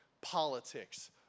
politics